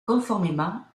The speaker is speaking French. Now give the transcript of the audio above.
conformément